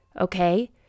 okay